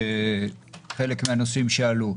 אתייחס לחלק מהנושאים שעלו.